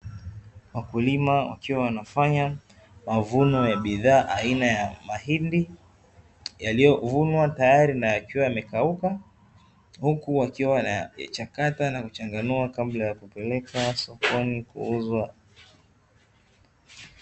Wakulima wakiwa wanafanya mavuno ya bidhaa aina ya mahindi yaliyovunwa, na tayari yamekauka huku wakiwa wanyachakata na kuchanganua kabla ya kupeleka sokoni kuuza.